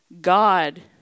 God